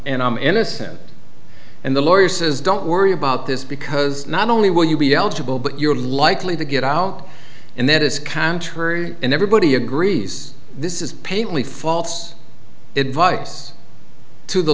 and i'm innocent and the lawyer says don't worry about this because not only will you be eligible but you're likely to get out and that is contrary in everybody agrees this is pay only false advice to the